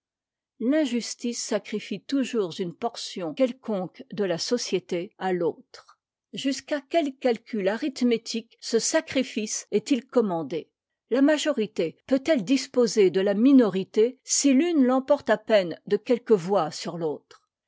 l'injustice sacrifie toujours une portion quelconque de la société à autre jusqu'à quel calcul arithmétique ce sacri ce est-il commandé la majorité peut-elle disposer de la minorité si l'une l'emporte à peine de quelques voix sur l'autre